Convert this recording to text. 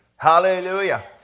Hallelujah